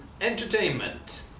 entertainment